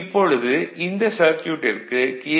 இப்பொழுது இந்த சர்க்யூட்டிற்கு கே